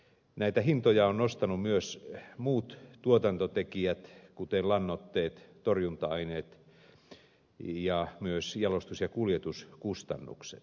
näitä hintoja ovat nostaneet myös muut tuotantotekijät kuten lannoitteet torjunta aineet ja myös jalostus ja kuljetuskustannukset